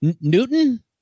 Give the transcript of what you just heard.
Newton